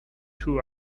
two